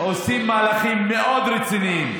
עושים מהלכים מאוד רציניים.